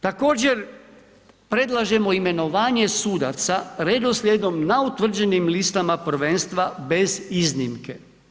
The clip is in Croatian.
Također, predlažemo imenovanje sudaca redoslijedom na utvrđenim listama prvenstva bez iznimke.